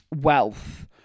wealth